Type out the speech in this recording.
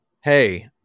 hey